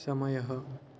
समयः